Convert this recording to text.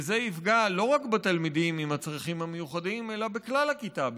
וזה יפגע לא רק בתלמידים עם הצרכים המיוחדים אלא בכלל הכיתה,